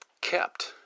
kept